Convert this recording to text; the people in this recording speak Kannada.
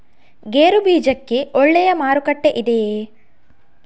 ಗೇರು ಬೀಜಕ್ಕೆ ಒಳ್ಳೆಯ ಮಾರುಕಟ್ಟೆ ಇದೆಯೇ?